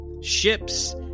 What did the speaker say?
ships